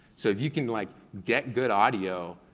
so if you can like get good audio,